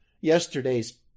yesterday's